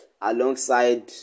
alongside